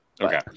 Okay